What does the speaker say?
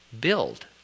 Build